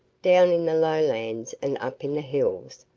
down in the lowlands and up in the hills,